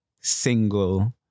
single